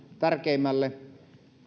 tärkeimmälle